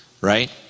Right